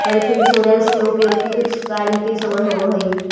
health insurance के उपयोग चिकित्स कार्य के समय होवऽ हई